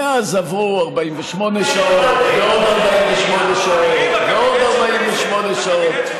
מאז עברו 48 שעות, ועוד 48 שעות ועוד 48 שעות.